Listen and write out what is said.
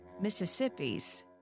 Mississippi's